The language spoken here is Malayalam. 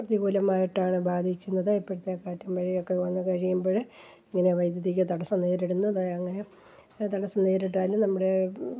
പ്രതികൂലമായിട്ടാണ് ബാധിക്കുന്നത് ഇപ്പോഴത്തെ കാറ്റും മഴയൊക്കെ വന്നു കഴിയുമ്പോൾ ഇങ്ങനെ വൈദ്യുതി ക തടസ്സം നേരിടുന്നു ദാ അങ്ങനെ തടസ്സം നേരിട്ടാൽ നമ്മുടെ